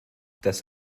das